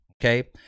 Okay